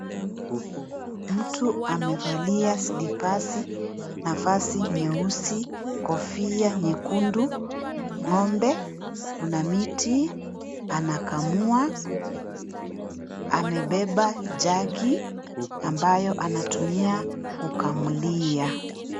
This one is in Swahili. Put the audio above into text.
Mtu amevalia slipasi na vazi nyeusi, kofia nyekundu, ng'ombe, Kuna miti, anakamua, amebeba jagi ambayo anatumia kukamulia.